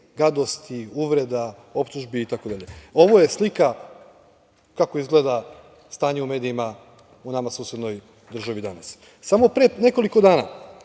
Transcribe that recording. gadosti, uvreda, optužbi itd. Ovo je slika kako izgleda stanje u medijima u nama susednoj državi danas. Samo pre nekoliko dana